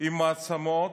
עם מעצמות,